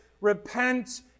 Repent